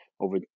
over